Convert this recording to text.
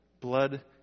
Blood